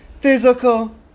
physical